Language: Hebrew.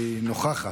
היא נוכחת.